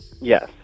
Yes